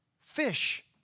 Fish